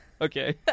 okay